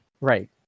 right